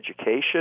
education